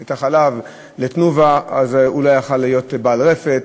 את החלב ל"תנובה", לא היה יכול להיות בעל רפת,